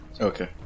Okay